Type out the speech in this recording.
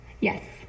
Yes